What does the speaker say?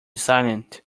silent